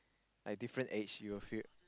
like different age you will feel